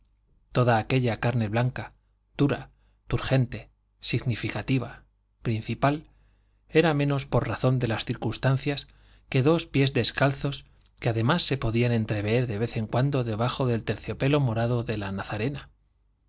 toda aquella carne blanca dura turgente significativa principal era menos por razón de las circunstancias que dos pies descalzos que apenas se podían entrever de vez en cuando debajo del terciopelo morado de la nazarena